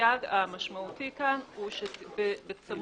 והסייג המשמעותי כאן הוא שבצמוד